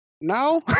No